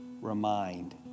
remind